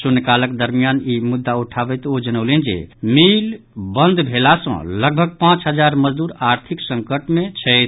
शून्यकालक दरमियान ई मुद्दा उठाबैत ओ जनौलनि जे मिल बंद भेला सॅ लगभग पांच हजार मजदूर आर्थिक संकट मे छथि